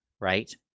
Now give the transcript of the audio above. right